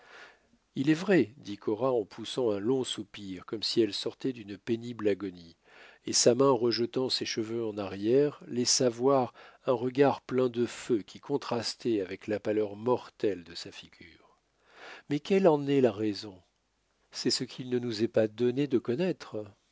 il est vrai dit cora en poussant un long soupir comme si elle sortait d'une pénible agonie et sa main rejetant ses cheveux en arrière laissa voir un regard plein de feu qui contrastait avec la pâleur mortelle de sa figure mais quelle en est la raison c'est ce qu'il ne nous est pas donné de connaître